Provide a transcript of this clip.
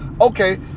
Okay